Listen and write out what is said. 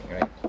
right